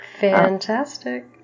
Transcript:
Fantastic